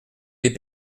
les